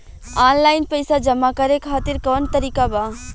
Online पइसा जमा करे खातिर कवन तरीका बा?